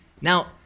Now